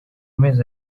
mezi